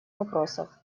вопросов